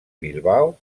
bilbao